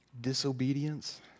disobedience